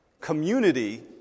Community